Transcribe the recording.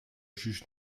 juge